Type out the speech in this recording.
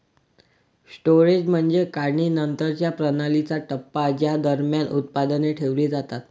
storage म्हणजे काढणीनंतरच्या प्रणालीचा टप्पा ज्या दरम्यान उत्पादने ठेवली जातात